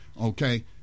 okay